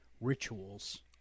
rituals